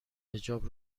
حجاب